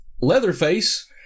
Leatherface